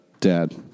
dad